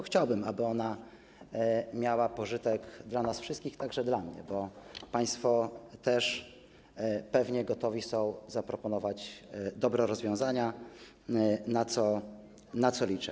Chciałbym, aby ona miała pożytek dla nas wszystkich, także dla mnie, bo państwo też pewnie są gotowi, aby zaproponować dobre rozwiązania, na co liczę.